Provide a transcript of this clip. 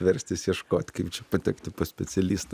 verstis ieškot kaip čia patekti pas specialistą